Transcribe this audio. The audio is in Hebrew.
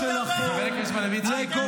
ועופר כסיף והמפלגה המזעזעת שלכם, אתם